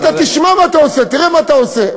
תשמע מה אתה עושה, תראה מה אתה עושה.